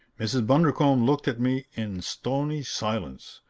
mrs. bundercombe looked at me in stony silence.